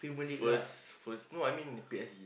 first first no I mean P_S_G